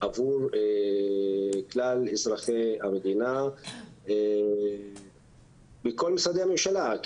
עבור כלל אזרחי המדינה בכל משרדי הממשלה.